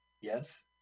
yes